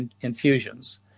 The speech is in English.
infusions